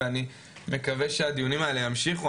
ואני מקווה שהדיונים האלה ימשיכו,